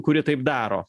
kuri taip daro